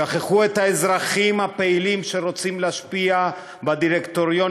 שכחו את האזרחים הפעילים שרוצים להשפיע בדירקטוריונים